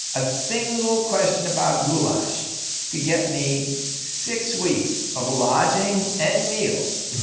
a single question about goulash could get me six weeks of lodging and meals,